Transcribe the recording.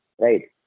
right